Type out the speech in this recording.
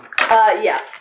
yes